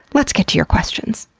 let's get to your questions!